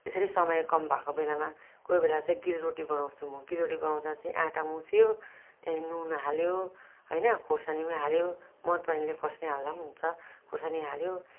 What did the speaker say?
यसरी समय कम भएको बेलामा कोही बेला चाहिँ गिलो रोटी बनाउँछु म गिलो रोटी बनाउँदा चाहिँ आँटा मुछ्यो त्यहाँ नुन हाल्यो होइन खुर्सानी पनि हाल्यो मन पर्नेले खुर्सानी हाल्दा पनि हुन्छ खुर्सानी हाल्यो